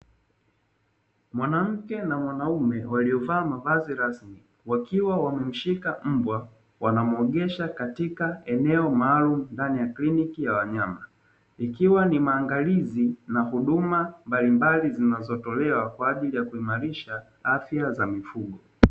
Mwanamke na mwanaume waliovaa mavazi rasmi, wakiwa wamemshika mbwa, wanamuogesha katika eneo maalumu ndani ya kliniki ya wanyama, ikiwa ni maangalizi na huduma mbalimbali zinazotolewa kwa ajili ya kuimarisha afya za mifugo.